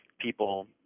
people